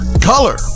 color